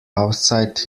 outside